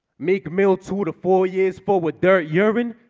meek mill two to four years poor with their european